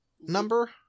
number